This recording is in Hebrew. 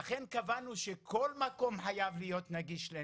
לכן, קבענו שכל מקום חייב להיות נגיש לנכים.